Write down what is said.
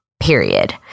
period